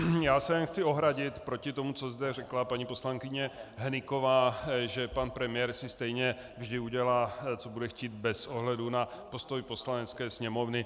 Já se jen chci ohradit proti tomu, co zde řekla paní poslankyně Hnyková, že pan premiér si stejně vždy udělá, co bude chtít, bez ohledu na postoj Poslanecké sněmovny.